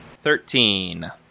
Thirteen